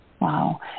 Wow